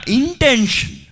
intention